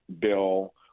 bill